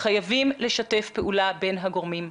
חייבים לשתף פעולה בין הגורמים,